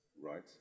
right